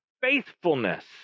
faithfulness